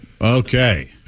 Okay